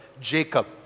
Jacob